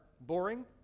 boring